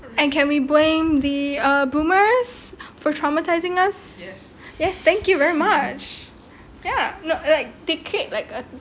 and can we blame the boomers for traumatising us yes thank you very much ya no like they claim